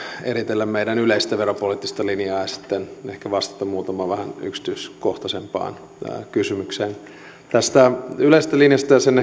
eritellä meidän yleistä veropoliittista linjaamme ja sitten vastata muutamaan vähän yksityiskohtaisempaan kysymykseen tästä yleisestä linjasta sen